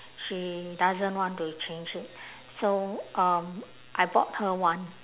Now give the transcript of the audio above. she doesn't want to change it so um I bought her one